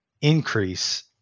increase